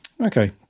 Okay